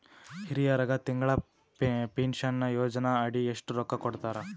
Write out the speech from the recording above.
ಹಿರಿಯರಗ ತಿಂಗಳ ಪೀನಷನಯೋಜನ ಅಡಿ ಎಷ್ಟ ರೊಕ್ಕ ಕೊಡತಾರ?